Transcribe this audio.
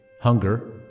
hunger